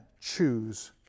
choose